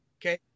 okay